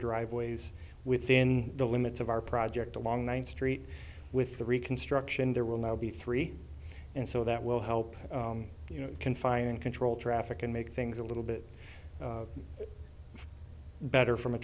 driveways within the limits of our project along one street with the reconstruction there will now be three and so that will help you know confining control traffic and make things a little bit better from a